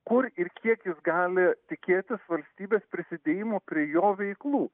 kur ir kiek jis gali tikėtis valstybės prisidėjimo prie jo veiklų